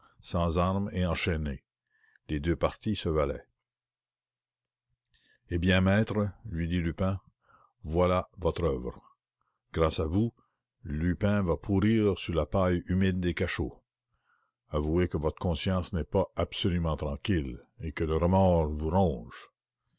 les beautés et toutes les nuances eh bien maître lui dit lupin voilà votre œuvre grâce à vous lupin va pourrir sur la paille humide des cachots avouez que votre conscience n'est pas absolument tranquille et que le remords vous ronge